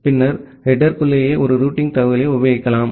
பின்னர் ஹெடேர்க்குள்ளேயே ஒரு ரூட்டிங் தகவலை உட்பொதிக்கலாம்